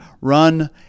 run